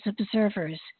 observers